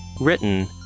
written